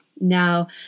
Now